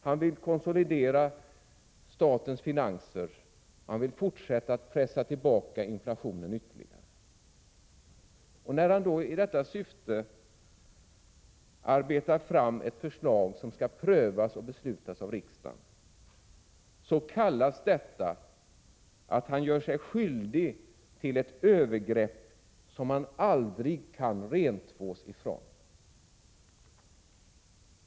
Han vill konsolidera statens finanser och pressa tillbaka inflationen ytterligare. När han då i detta syfte arbetar fram ett förslag som skall prövas och beslutas av riksdagen, så kallas detta att han gör sig skyldig till ett övergrepp som han aldrig kan rentvås ifrån.